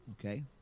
Okay